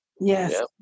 Yes